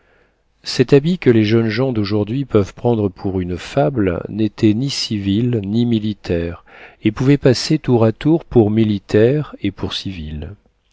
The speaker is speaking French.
cet habit que les jeunes gens d'aujourd'hui peuvent prendre pour une fable n'était ni civil ni militaire et pouvait passer tour à tour pour militaire et pour